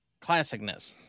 Classicness